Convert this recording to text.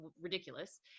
ridiculous